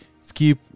Skip